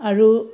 আৰু